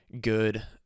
good